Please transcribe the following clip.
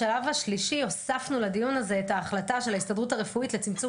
בשלב השלישי הוספנו לדיון הזה את ההחלטה של ההסתדרות הרפואית לצמצום